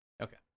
Okay